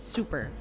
Super